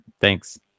Thanks